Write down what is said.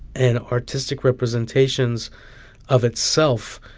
and artistic representations of itself.